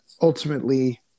ultimately